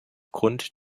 grund